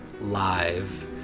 live